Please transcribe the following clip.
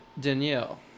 danielle